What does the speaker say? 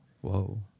Whoa